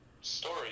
story